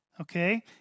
okay